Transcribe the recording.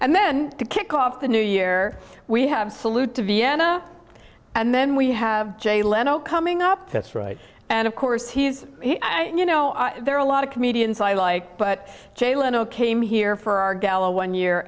and then to kick off the new year we have salute to vienna and then we have jay leno coming up that's right and of course he's you know there are a lot of comedians i like but jay leno came here for our gala one year